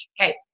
okay